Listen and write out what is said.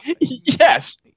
Yes